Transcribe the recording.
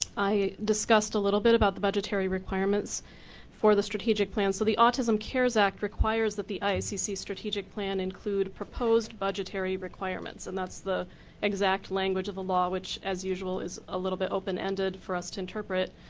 i does cussed a little bit about the budgetary requirements for the strategic plan so the autism cares act requires that the iacc strategic plan include proposed budgetary requirements. and that's the exact language of the law which as usual is a little bit open ended for us to interpret.